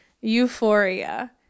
Euphoria